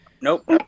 Nope